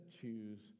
choose